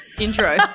Intro